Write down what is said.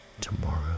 tomorrow